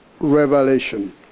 revelation